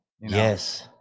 Yes